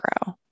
grow